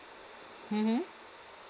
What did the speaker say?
mmhmm